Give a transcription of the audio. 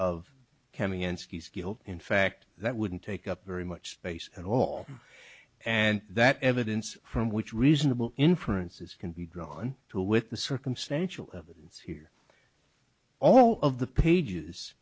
chemical in fact that wouldn't take up very much space at all and that evidence from which reasonable inference is can be drawn to with the circumstantial evidence here all of the pages